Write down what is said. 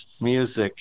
music